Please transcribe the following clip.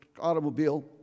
automobile